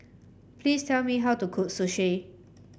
please tell me how to cook Sushi